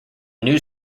new